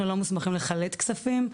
אנחנו לא מוסמכים לחלט כספים,